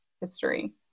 history